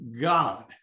God